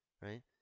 right